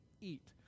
eat